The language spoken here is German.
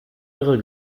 irre